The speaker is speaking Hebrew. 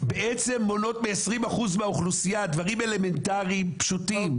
בעצם מונעות מ-20% מהאוכלוסייה דברים אלמנטריים פשוטים,